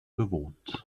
bewohnt